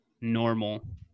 normal